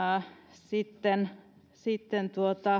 sitten sitten